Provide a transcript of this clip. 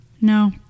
no